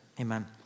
Amen